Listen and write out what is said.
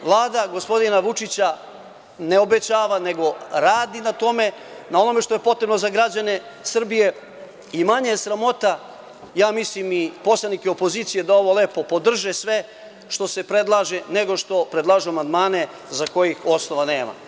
Vlada gospodina Vučića ne obećava, nego radi na tome, na onome što je potrebno za građane Srbije i manje je sramota, ja mislim, i poslanike opozicije da ovo lepo podrže sve što se predlaže, nego što predlažu amandmane za koje osnova nema.